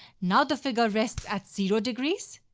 now the figure rests at zero degrees.